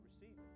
receive